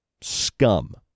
Scum